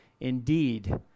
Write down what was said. Indeed